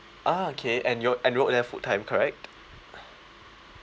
ah okay and you're enrolled there full time correct